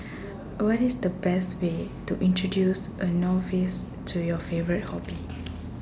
what is the best way to introduce a novice to your favourite hobby